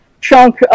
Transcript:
chunk